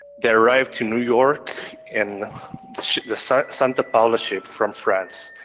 they arrived to new york in the santa santa paula ship from france.